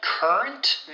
Current